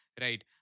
right